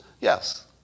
Yes